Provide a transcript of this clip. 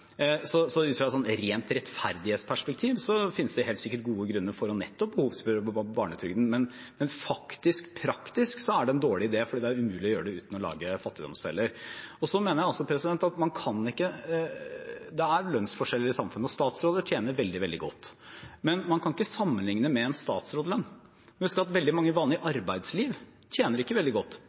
Så ut fra et rent rettferdighetsperspektiv finnes det helt sikkert gode grunner for nettopp å behovsprøve barnetrygden, men faktisk praktisk er det en dårlig idé, fordi det er umulig å gjøre det uten å lage fattigdomsfeller. Det er lønnsforskjeller i samfunnet, og statsråder tjener veldig, veldig godt, men jeg mener at man ikke kan sammenligne med en statsrådslønn. Vi må huske at veldig mange vanlige arbeidstakere ikke tjener veldig godt